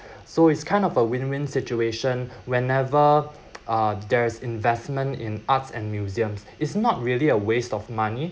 so it's kind of a win win situation whenever uh there's investment in arts and museums is not really a waste of money